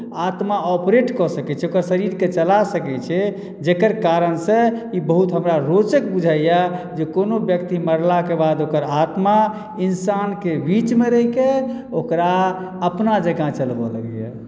आत्मा ऑपरेट कऽ सकैत छै ओकर शरीरकेँ चला सकैत छै जकर कारणसँ ई बहुत हमरा रोचक बुझाइए जे कोनो व्यक्ति मरलाक बाद ओकर आत्मा इंसानके बीचमे रहिके ओकरा अपना जकाँ चलबऽ लगैए